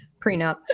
prenup